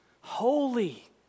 holy